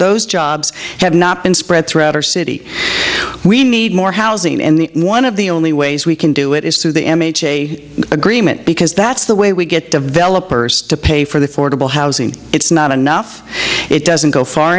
those jobs have not been spread throughout our city we need more housing and one of the only ways we can do it is through the m h a agreement because that's the way we get developers to pay for the fordable housing it's not enough it doesn't go far